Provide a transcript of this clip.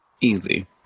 Easy